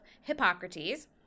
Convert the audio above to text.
Hippocrates